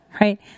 right